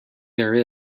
there